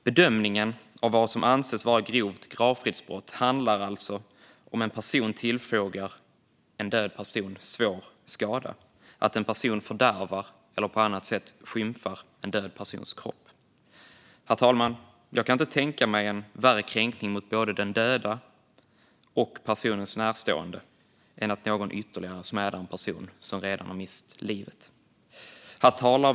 Bedömningen av vad som anses vara grovt gravfridsbrott handlar alltså om att en person tillfogar en död person svår skada och att en person fördärvar eller på annat sätt skymfar en död persons kropp. Jag kan inte tänka mig en värre kränkning mot både den döde och personens närstående än att någon ytterligare smädar en person som redan har mist livet, herr talman.